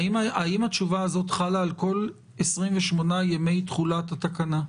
האם התשובה הזו חלה על כל 28 ימי תחולת התקנה?